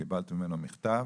קיבלתי ממנו מכתב